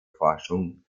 forschung